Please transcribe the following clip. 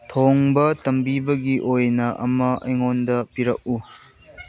ꯊꯣꯡꯕ ꯇꯝꯕꯤꯕꯒꯤ ꯑꯣꯏꯅ ꯑꯃ ꯑꯩꯉꯣꯟꯗ ꯄꯤꯔꯛꯎ